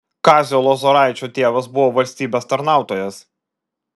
kazio lozoraičio tėvas buvo valstybės tarnautojas